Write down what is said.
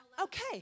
Okay